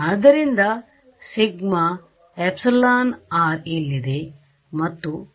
ಆದ್ದರಿಂದ σ εr ಇಲ್ಲಿದೆ ಮತ್ತು ಇದು ನಿಮ್ಮ sz ಆಗಿದೆ